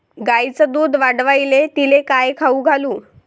गायीचं दुध वाढवायले तिले काय खाऊ घालू?